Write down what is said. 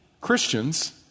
Christians